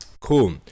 Cool